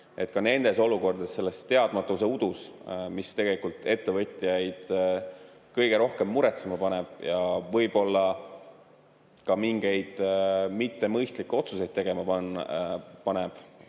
Ka nendes olukordades, selles teadmatuse udus, mis tegelikult ettevõtjaid kõige rohkem muretsema ja võib-olla ka mingeid mittemõistlikke otsuseid tegema paneb,